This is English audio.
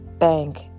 bank